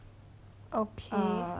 okay